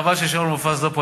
חבל ששאול מופז לא פה.